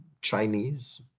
chinese